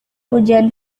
ujian